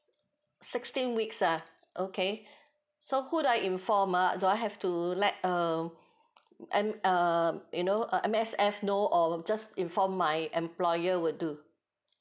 sixteen weeks ah okay so who do I inform uh do I have to let err M err you know err M_S_F know or just inform my employer will too